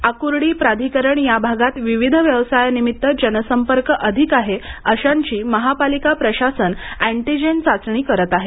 आकूर्डी प्राधिकरण या भागात विविध व्यवसायानिमित्त जनसंपर्क अधिक आहे अशांची महापालिका प्रशासन अँटीजेन चाचणी करत आहे